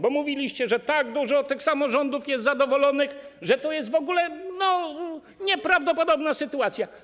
Bo mówiliście, że tak dużo tych samorządów jest zadowolonych, że to jest w ogóle nieprawdopodobna sytuacja.